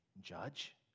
judge